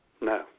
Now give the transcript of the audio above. No